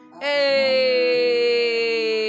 hey